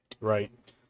Right